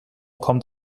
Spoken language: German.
kommt